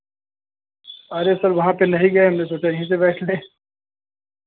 अरे सर वहाँ पर नहीं गए हमने सोचे यहीं पे बैठ लें